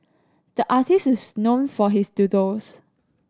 the artist is known for his doodles